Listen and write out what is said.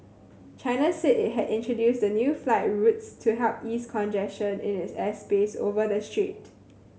China said it had introduced the new flight routes to help ease congestion in it airspace over the strait